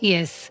Yes